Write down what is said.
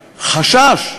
חשש,